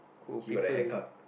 he got the haircut